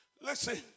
Listen